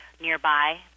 nearby